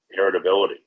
heritability